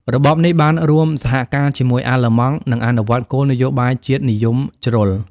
របបនេះបានរួមសហការជាមួយអាល្លឺម៉ង់ និងអនុវត្តគោលនយោបាយជាតិនិយមជ្រុល។